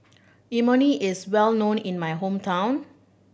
imoni is well known in my hometown